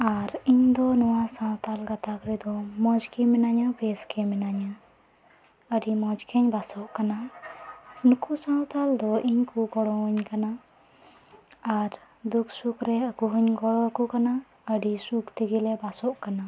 ᱟᱨ ᱫᱚ ᱱᱚᱣᱟ ᱥᱟᱣᱛᱟᱞ ᱜᱟᱛᱟᱠ ᱨᱮᱫᱚ ᱢᱚᱡᱽ ᱜᱤ ᱢᱤᱱᱟᱹᱧᱟ ᱵᱮᱥ ᱜᱮ ᱢᱤᱱᱟᱹᱧᱟ ᱟᱹᱰᱤ ᱢᱚᱡᱽ ᱜᱤᱧ ᱵᱟᱥᱚᱜ ᱠᱟᱱᱟ ᱱᱩᱠᱩ ᱥᱟᱣᱛᱟᱞ ᱫᱚ ᱤᱧ ᱠᱩ ᱜᱚᱲᱟ ᱟᱹᱧ ᱠᱟᱱᱟ ᱟᱨ ᱫᱩᱠ ᱥᱩᱠ ᱨᱮ ᱟᱠᱚ ᱦᱚᱧ ᱜᱚᱲᱚ ᱟᱠᱚ ᱠᱟᱱᱟ ᱟᱹᱰᱤ ᱥᱩᱠ ᱛᱮᱜᱮ ᱞᱮ ᱵᱟᱥᱚᱜ ᱠᱟᱱᱟ